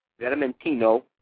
Vermentino